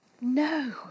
no